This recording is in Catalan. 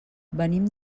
venim